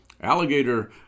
Alligator